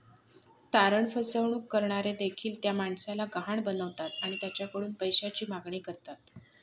तारण फसवणूक करणारे देखील त्या माणसाला गहाण बनवतात आणि त्याच्याकडून पैशाची मागणी करतात